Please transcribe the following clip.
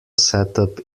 setup